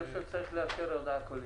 אני חושב שצריך לאפשר הודעה קולית.